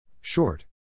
Short